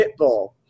Pitbull